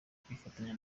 kwifatanya